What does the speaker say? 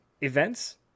events